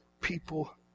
people